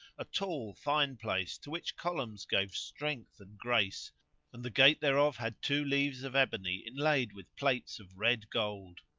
a tall, fine place to which columns gave strength and grace and the gate thereof had two leaves of ebony inlaid with plates of red gold.